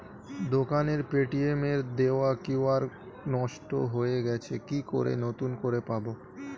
দোকানের পেটিএম এর দেওয়া কিউ.আর নষ্ট হয়ে গেছে কি করে নতুন করে পাবো?